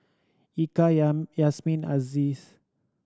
Eka Yasmin Aziz